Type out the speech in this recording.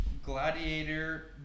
Gladiator